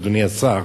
אדוני השר,